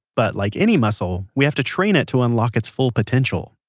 but like any muscle, we have to train it to unlock its full potential.